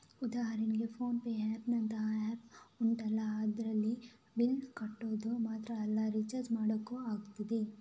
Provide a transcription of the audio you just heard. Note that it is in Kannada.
ಉದಾಹರಣೆಗೆ ಫೋನ್ ಪೇನಂತಹ ಆಪ್ ಉಂಟಲ್ಲ ಅದ್ರಲ್ಲಿ ಬಿಲ್ಲ್ ಕಟ್ಟೋದು ಮಾತ್ರ ಅಲ್ಲ ರಿಚಾರ್ಜ್ ಮಾಡ್ಲಿಕ್ಕೂ ಆಗ್ತದೆ